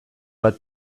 bat